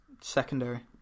Secondary